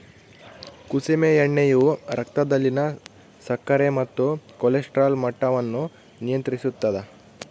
ಕುಸುಮೆ ಎಣ್ಣೆಯು ರಕ್ತದಲ್ಲಿನ ಸಕ್ಕರೆ ಮತ್ತು ಕೊಲೆಸ್ಟ್ರಾಲ್ ಮಟ್ಟವನ್ನು ನಿಯಂತ್ರಿಸುತ್ತದ